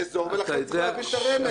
ולכן צריך להבין את הרמז,